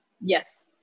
Yes